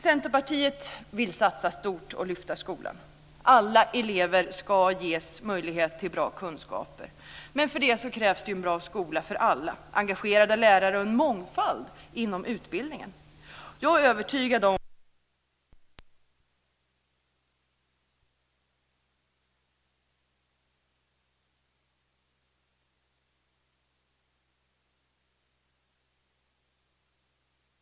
Centerpartiet vill satsa stort och lyfta skolan. Alla elever ska ges möjlighet till bra kunskaper. Men för det krävs en bra skola för alla, engagerade lärare och en mångfald inom utbildningen. Jag är övertygad om att mångfald stimulerar till kvalitetshöjningar och till pedagogisk utveckling.